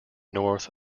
north